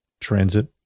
transit